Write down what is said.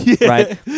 right